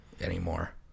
anymore